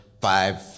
five